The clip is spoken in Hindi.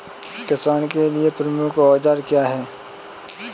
किसानों के लिए प्रमुख औजार क्या हैं?